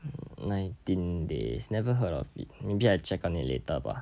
nineteen days never heard of it maybe I check on it later bah